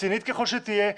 רצינית ככל שתהיה,